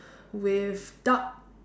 with dark